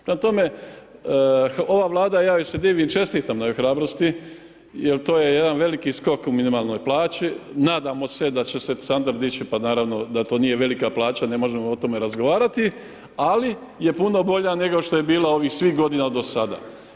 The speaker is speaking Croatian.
Prema toge, ova Vlada ja joj se divim, čestitam na hrabrosti jel to je jedan veliki skok u minimalnoj plaći, nadamo se da će se Sandra dići pa naravno da to nije velika plaća ne možemo o tome razgovarati, ali je puno bolja nego što je bila ovih svih godina do sada.